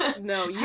no